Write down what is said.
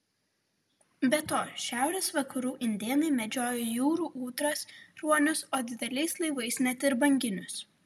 be to šiaurės vakarų indėnai medžiojo jūrų ūdras ruonius o dideliais laivais net ir banginius